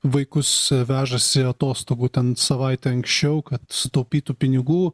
vaikus vežasi atostogų ten savaite anksčiau kad sutaupytų pinigų